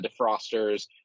defrosters